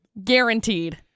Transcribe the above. guaranteed